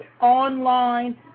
online